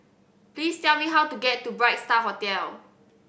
please tell me how to get to Bright Star Hotel